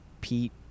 Pete